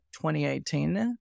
2018